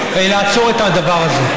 לעצור את הדבר הזה.